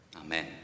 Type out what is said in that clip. Amen